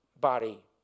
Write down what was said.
body